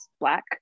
Black